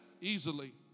easily